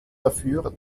dafür